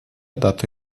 dato